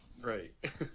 right